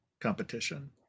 competition